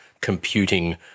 computing